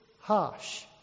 harsh